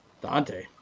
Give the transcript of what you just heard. dante